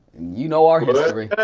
you know our history.